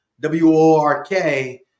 W-O-R-K